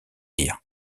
dire